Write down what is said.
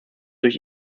durch